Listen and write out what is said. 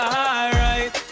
alright